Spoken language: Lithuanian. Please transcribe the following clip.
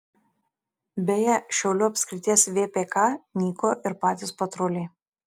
beje šiaulių apskrities vpk nyko ir patys patruliai